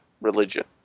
religion